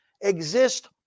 exist